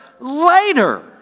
Later